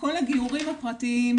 כל הגיורים הפרטיים,